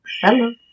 Hello